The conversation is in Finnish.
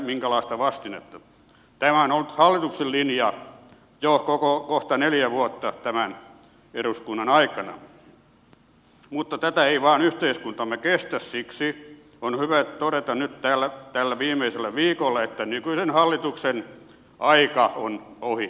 tämä on ollut hallituksen linja jo kohta neljä vuotta tämän eduskunnan aikana mutta tätä ei vain yhteiskuntamme kestä ja siksi on hyvä todeta täällä nyt tällä viimeisellä viikolla että nykyisen hallituksen aika on ohitse